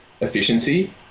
efficiency